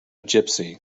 gipsy